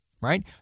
right